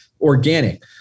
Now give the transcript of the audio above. Organic